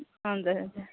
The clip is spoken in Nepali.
हजुर हजुर